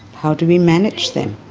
how do we manage them?